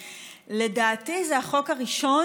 מחברי הכנסת לאשר את הצעת החוק בקריאה הראשונה